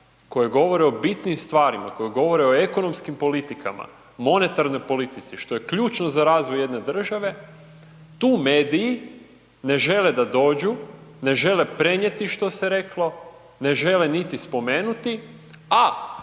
koje govore o bitnim stvarima, koje govore o ekonomskim politikama, monetarnoj politici što je ključno za razvoj jedne države, tu mediji ne žele da dođu, ne žele prenijeti što se reklo, ne žele niti spomenuti, a